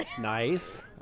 Nice